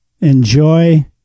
enjoy